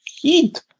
Heat